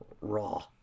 raw